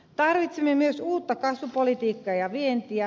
tarvitsemme myös uutta kasvupolitiikkaa ja vientiä